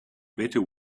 better